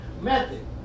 method